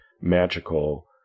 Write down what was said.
magical